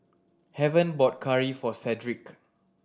Heaven bought curry for Cedric